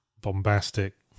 bombastic